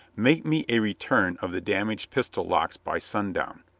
make me a return of the damaged pistol locks by sundown,